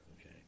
Okay